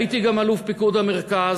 הייתי גם אלוף פיקוד המרכז: